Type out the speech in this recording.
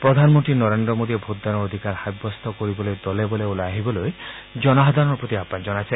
প্ৰদানমন্ত্ৰী নৰেন্দ্ৰ মোদীয়ে ভোটদানৰ অধিকাৰ সাব্যস্ত কৰিবলৈ দলে বলে ওলাই আহিবলৈ জনসাধাৰণৰ প্ৰতি আহান জনাইছে